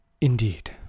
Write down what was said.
indeed